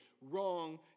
wrong